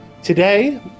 Today